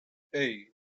hey